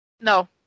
No